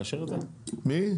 למה?